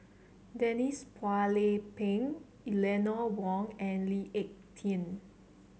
Denise Phua Lay Peng Eleanor Wong and Lee Ek Tieng